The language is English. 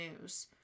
news